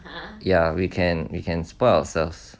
ya we can we can spoil ourselves